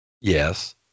Yes